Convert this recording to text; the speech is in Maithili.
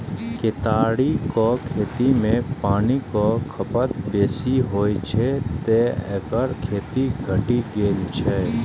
केतारीक खेती मे पानिक खपत बेसी होइ छै, तें एकर खेती घटि गेल छै